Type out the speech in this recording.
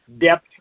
depth